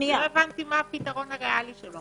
לא הבנתי את הפתרון הריאלי שלו.